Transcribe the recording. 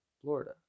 Florida